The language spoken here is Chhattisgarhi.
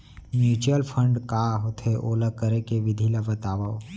म्यूचुअल फंड का होथे, ओला करे के विधि ला बतावव